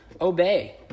obey